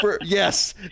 yes